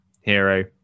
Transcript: hero